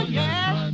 yes